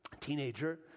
teenager